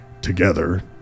together